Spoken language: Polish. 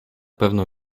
pewno